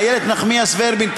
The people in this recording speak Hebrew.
איילת נחמיאס ורבין,